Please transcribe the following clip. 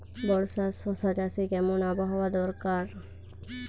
বর্ষার শশা চাষে কেমন আবহাওয়া দরকার?